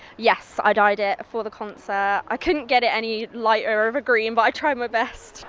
yes, i dyed it for the concert. i couldn't get it any lighter of a green but i tried my best.